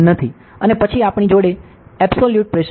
અને પછી આપની જોડે એબ્સોલૂટ પ્રેશર છે